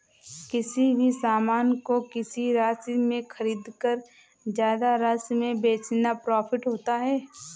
किसी भी सामान को किसी राशि में खरीदकर ज्यादा राशि में बेचना प्रॉफिट होता है